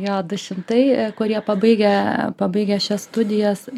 jo du šimtai kurie pabaigę pabaigę šias studijas